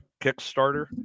Kickstarter